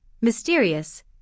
mysterious